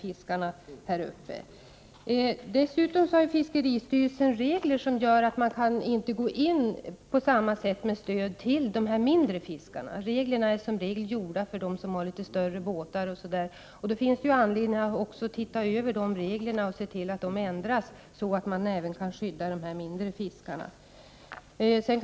Fiskeristyrelsen har dessutom regler som gör att man inte på samma sätt kan gå in med stöd till dem som bedriver fiske i mindre omfattning. Bestämmelserna är i regel gjorda för dem som har litet större båtar, och det finns anledning att se över de reglerna och se till att de ändras, så att även de som bedriver fiske i mindre omfattning skyddas.